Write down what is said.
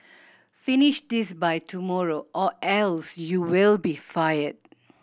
finish this by tomorrow or else you will be fired